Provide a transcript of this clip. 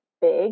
big